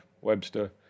Webster